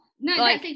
No